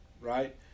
right